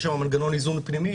יש שם מנגנון איזון פנימי,